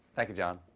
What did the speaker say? thank you, jon.